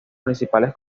principales